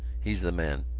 he's the man.